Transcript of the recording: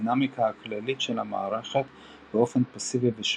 הדינמיקה הכללית של המערכת באופן פסיבי ושולי.